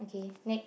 K next